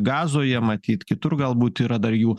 gazoje matyt kitur galbūt yra dar jų